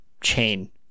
chain